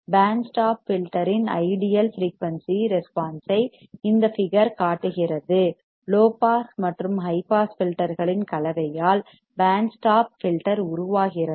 pant stop filter இன் ideal frequency response ஐ இந்த ஃபிகர் காட்டுகிறது லோ பாஸ் மற்றும் ஹை பாஸ் ஃபில்டர்களின் கலவையால் பேண்ட் ஸ்டாப் ஃபில்டர் உருவாகிறது